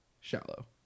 Shallow